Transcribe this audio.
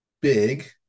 big